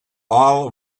all